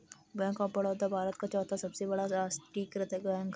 bank of Baroda Bharat का चौथा सबसे बड़ा राष्ट्रीयकृत बैंक है